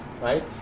right